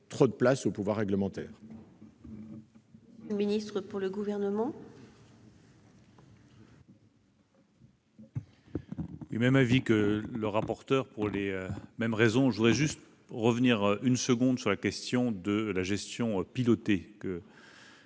trop de place au pouvoir réglementaire.